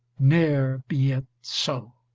ne'er be it so!